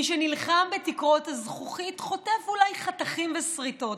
מי שנלחם בתקרות הזכוכית חוטף אולי חתכים ושריטות,